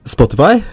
Spotify